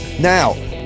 now